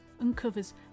uncovers